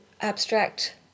abstract